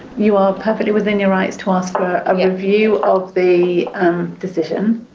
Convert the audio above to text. you are perfectly within your rights to ask for a review of the um decision.